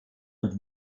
und